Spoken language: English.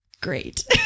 Great